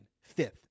Fifth